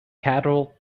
cattle